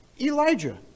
Elijah